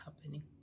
happening